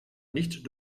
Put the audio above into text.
nicht